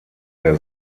der